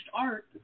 art